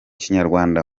kinyarwanda